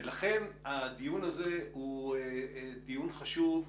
ולכן, הדיון הזה הוא דיון חשוב,